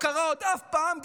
עוד לא קרה אף פעם,